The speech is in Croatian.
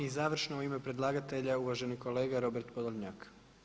I završno u ime predlagatelja uvaženi kolega Robert Podolnjak.